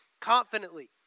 confidently